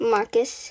Marcus